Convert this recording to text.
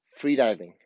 freediving